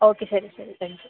okay ശരി ശരി thank you